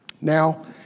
Now